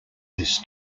this